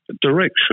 Direction